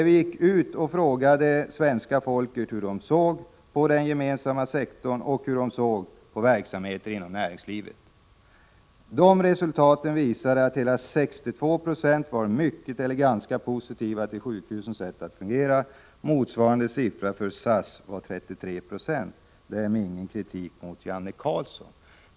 Vi frågade svenska folket hur de såg på den gemensamma sektorn och på olika verksamheter inom näringslivet. Resultatet av undersökningen visade att 62 90 var mycket eller ganska positiva till sjukhusens sätt att fungera. Motsvarande siffra för SAS var 33 96. Därmed har jag inte riktat någon kritik mot Janne Carlzon.